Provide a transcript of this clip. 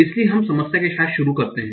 इसलिए हम समस्या के साथ शुरू करते हैं